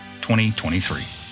2023